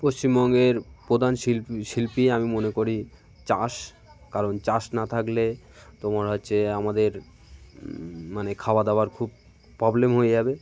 পশ্চিমবঙ্গের প্রধান শিল্পী শিল্পী আমি মনে করি চাষ কারণ চাষ না থাকলে তোমার হচ্ছে আমাদের মানে খাওয়া দাওয়ার খুব প্রবলেম হয়ে যাবে